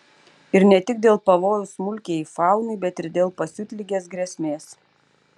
ir ne tik dėl pavojaus smulkiajai faunai bet ir dėl pasiutligės grėsmės